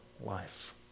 life